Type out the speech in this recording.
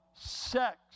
sex